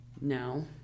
no